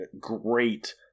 great